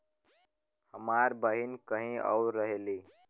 हमार बहिन कहीं और रहेली